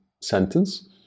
sentence